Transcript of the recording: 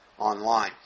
online